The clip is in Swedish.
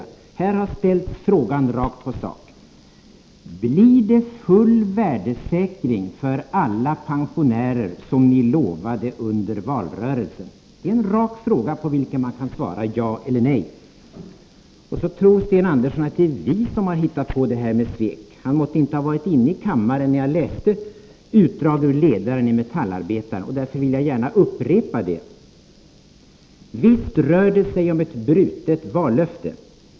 Frågan har här ställts rakt på sak: Blir det full värdesäkring för alla pensionärer, vilket ni lovade under valrörelsen? Det är en rak fråga på vilken man kan svara ja eller nej. Sten Andersson tror att det är vi som har hittat på det här med svek. Han måtte inte ha varit inne i kammaren när jag läste ett utdrag ur ledaren i Metallarbetaren, och därför vill jag gärna upprepa det: ”Och visst rör det sig om ett brutet vallöfte.